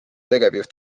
tegevjuht